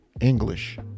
English